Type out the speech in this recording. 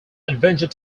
adventure